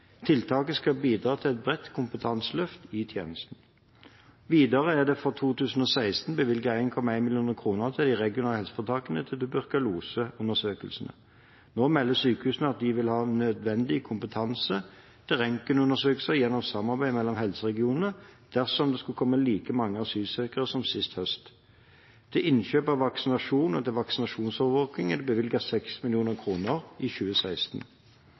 skal bidra til et bredt kompetanseløft i tjenestene. Videre er det for 2016 bevilget 11,1 mill. kr til de regionale helseforetakene til tuberkuloseundersøkelser. Nå melder sykehusene at de vil ha nødvendig kapasitet til røntgenundersøkelse gjennom samarbeid mellom helseregionene dersom det skulle komme like mange asylsøkere som sist høst. Til innkjøp av vaksinasjoner og til vaksinasjonsovervåkning er det bevilget 6 mill. kr i 2016.